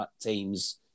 teams